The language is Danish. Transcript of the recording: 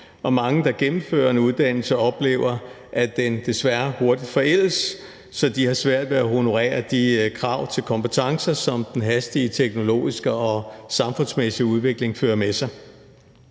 mange, der gennemfører en uddannelse, oplever, at den desværre hurtigt forældes, så de har svært ved at honorere de krav til kompetencer, som den hastige teknologiske og samfundsmæssige udvikling fører med sig.